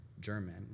German